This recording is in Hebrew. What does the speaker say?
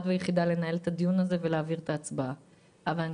שניתנה לי לנהל את הדיון ולהעביר את ההצבעה אבל אני